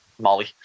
Molly